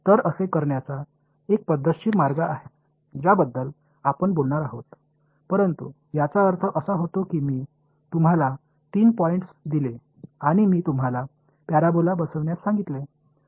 तर असे करण्याचा एक पद्धतशीर मार्ग आहे ज्याबद्दल आपण बोलणार आहोत परंतु याचा अर्थ असा होतो की मी तुम्हाला तीन पॉईंट्स दिले आणि मी तुम्हाला पॅराबोला बसविण्यास सांगितले